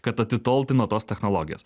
kad atitolti nuo tos technologijos